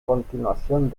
continuación